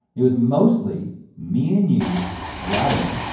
it was mostly me and you driving.